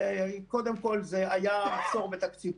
קודם כול, היה מחסור בתקציב.